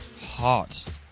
hot